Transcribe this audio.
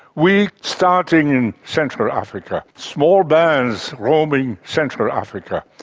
we, starting in central africa, small bands roaming central africa,